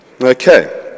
Okay